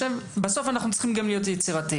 בסוף אנו צריכים להיות יצירתיים.